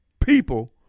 people